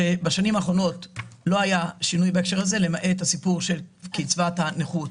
שבשנים האחרונות לא היה שינוי בהקשר הזה למעט הסיפור של קצבת הנכות,